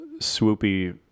swoopy